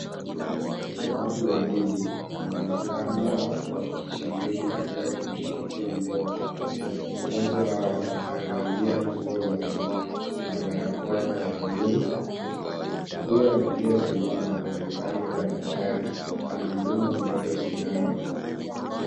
Watu wawili, wanaonekana wakishiriki katika kumshikilia mtoto. Mmoja wao, amevalia nguo za buluu na barakoa ya buluu. Huyo aliyesimama, anaonekana kuwa daktari. Anamdunga mtoto sindano.